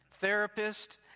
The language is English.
therapist